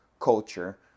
culture